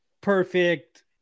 perfect